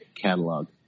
catalog